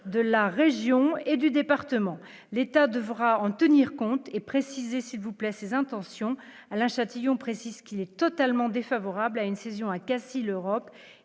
de la région et du département, l'État devra en tenir compte et préciser s'il vous plaît, ses intentions Alain Châtillon, précise qu'il est totalement défavorable à une cession à si l'Europe